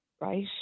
Right